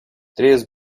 três